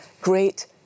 great